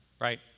right